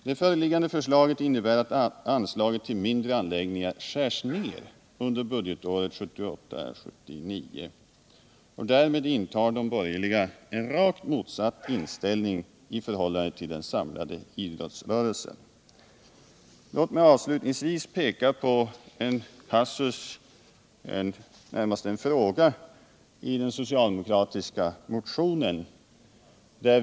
Det föreliggande förslaget innebär att anslaget till mindre anläggningar skärs ner under budgetåret 1978/79. Därmed intar de borgerliga en rakt motsatt inställning i förhållande till den samlade idrottsrörelsen. Låt mig avslutningsvis peka på en passus — närmast en fråga — i den socialdemokratiska motionen.